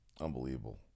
unbelievable